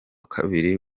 kabiri